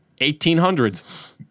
1800s